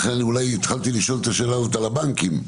כרגע אין ממשק, זו פשוט העברה בנקאית שעושים.